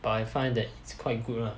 but I find that it's quite good lah